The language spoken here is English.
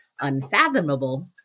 unfathomable